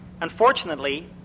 unfortunately